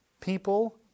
people